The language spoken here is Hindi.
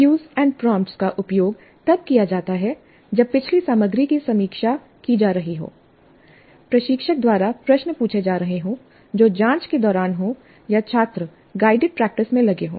क्यूज एंड प्रॉमट का उपयोग तब किया जाता है जब पिछली सामग्री की समीक्षा की जा रही हो प्रशिक्षक द्वारा प्रश्न पूछे जा रहे हों जो जांच के दौरान हो या छात्र गाइडेड प्रैक्टिस में लगे हों